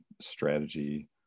strategy